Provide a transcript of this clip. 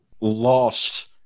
lost